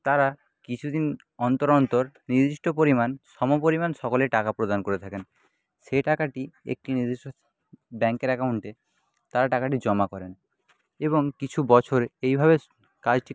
তারা কিছুদিন অন্তর অন্তর নির্দিষ্ট পরিমাণ সম পরিমাণ সকলেই টাকা প্রদান করে থাকেন সেই টাকাটি একটি নির্দিষ্ট ব্যাংকের অ্যাকাউন্টে তারা টাকাটি জমা করেন এবং কিছু বছর এইভাবে কাজটি